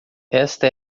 esta